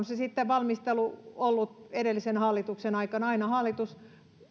se valmistelu olisi ollut edellisen hallituksen aikana aina hallitus